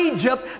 Egypt